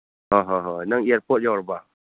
ꯍꯣꯏ ꯍꯣꯏ ꯍꯣꯏ ꯅꯪ ꯏꯌꯔꯄꯣꯔꯠ ꯌꯧꯔꯕꯣ